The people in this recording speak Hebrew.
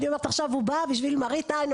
אני אומרת עכשיו הוא בא בשביל מראית עין,